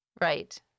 Right